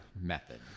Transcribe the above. method